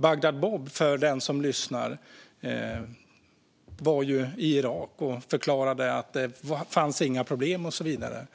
Bagdad-Bob, för den som lyssnar, var i Irak och förklarade att det inte fanns några problem och så vidare.